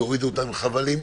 יורידו אותם עם חבלים?